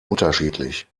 unterschiedlich